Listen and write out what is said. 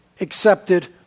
accepted